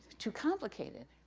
too complicated,